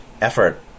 effort